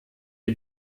die